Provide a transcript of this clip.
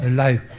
life